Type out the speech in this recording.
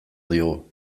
digu